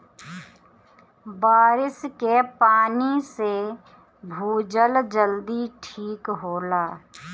बारिस के पानी से भूजल जल्दी ठीक होला